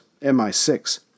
MI6